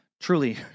Truly